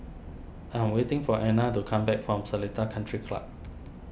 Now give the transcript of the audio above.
I'm waiting for Anna to come back from Seletar Country Club